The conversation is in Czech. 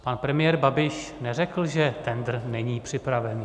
Pan premiér Babiš neřekl, že tendr není připravený.